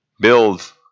Build